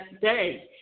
day